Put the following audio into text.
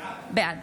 בעד